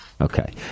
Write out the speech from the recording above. Okay